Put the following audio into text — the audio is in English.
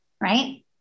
right